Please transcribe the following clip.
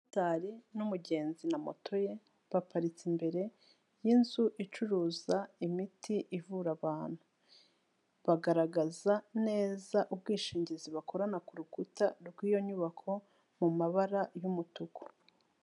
Motari n'umugenzi na moto ye, baparitse imbere y'inzu icuruza imiti ivura abantu. Bagaragaza neza ubwishingizi bakorana ku rukuta rw'iyo nyubako mu mabara y'umutuku.